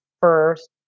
first